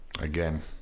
again